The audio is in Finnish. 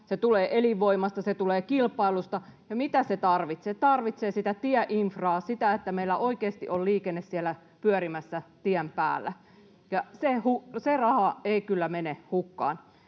se tulee elinvoimasta, se tulee kilpailusta, ja mitä se tarvitsee? Se tarvitsee tieinfraa, sitä, että meillä oikeasti on liikenne pyörimässä siellä tien päällä, ja se raha ei kyllä mene hukkaan.